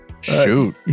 shoot